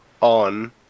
on